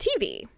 TV